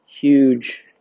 huge